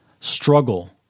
struggle